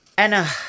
Anna